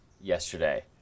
yesterday